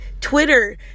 Twitter